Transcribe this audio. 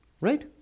Right